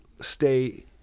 stay